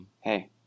Hey